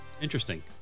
interesting